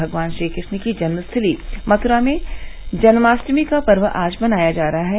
भगवान श्रीकृश्ण की जन्मस्थली मथुरा में जन्माश्टमी का पर्व आज मनाया जा रहा है